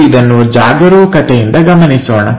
ನಾವು ಇದನ್ನು ಜಾಗರೂಕತೆಯಿಂದ ಗಮನಿಸೋಣ